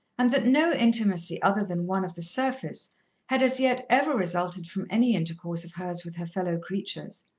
and that no intimacy other than one of the surface had as yet ever resulted from any intercourse of hers with her fellow-creatures.